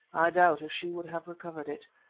i doubt if she would have recovered it.